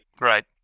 Right